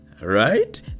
Right